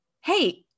hey